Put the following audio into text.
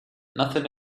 nothing